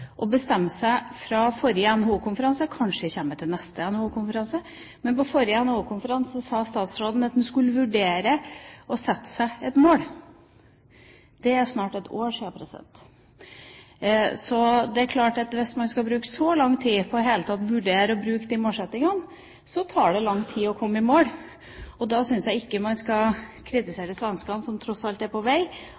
å bestemme seg, det er ett år siden forrige NHO-konferanse. Kanskje det kommer på neste NHO-konferanse. Men på forrige NHO-konferanse sa statsråden at han skulle vurdere å sette seg et mål – det er snart ett år siden. Det er klart at hvis man skal bruke så lang tid på i det hele tatt å vurdere å sette seg et mål, tar det lang tid å komme i mål. Da syns jeg ikke man skal